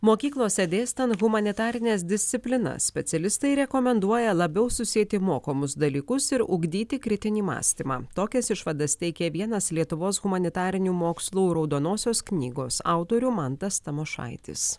mokyklose dėstant humanitarines disciplinas specialistai rekomenduoja labiau susieti mokomus dalykus ir ugdyti kritinį mąstymą tokias išvadas teikia vienas lietuvos humanitarinių mokslų raudonosios knygos autorių mantas tamošaitis